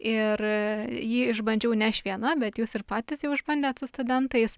ir jį išbandžiau ne aš viena bet jūs ir patys jau išbandėt su studentais